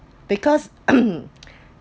because um